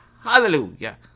Hallelujah